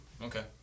Okay